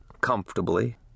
comfortably